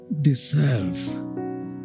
deserve